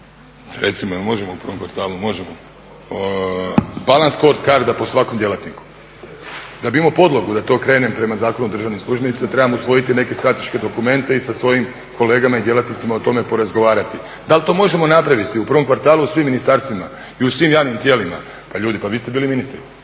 recimo jel možemo u prvom kvartalu možemo, … po svakom djelatniku. Da bi imao podlogu da to krenem prema Zakonu o državnim službenicima trebam usvojiti neke strateške dokumente i sa svojim kolegama i djelatnicima porazgovarati. Da li to možemo napraviti u prvom kvartalu u svim ministarstvima i u svim javnim tijelima, pa ljudi pa vi ste bili ministri